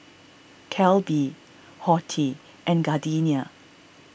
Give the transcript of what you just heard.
Calbee Horti and Gardenia